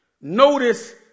notice